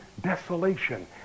desolation